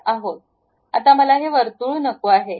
आता मला हे वर्तुळ नको आहे